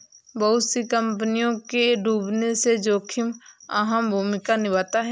बहुत सी कम्पनियों के डूबने में जोखिम अहम भूमिका निभाता है